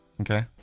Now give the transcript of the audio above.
Okay